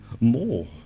more